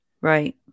Right